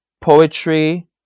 poetry